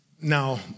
Now